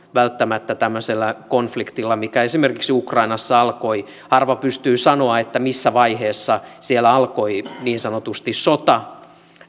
tämmöisellä konfliktilla mikä esimerkiksi ukrainassa alkoi harva pystyy sanomaan missä vaiheessa siellä alkoi niin sanotusti sota